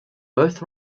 both